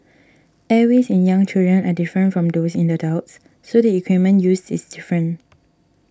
airways in young children are different from those in adults so the equipment used is different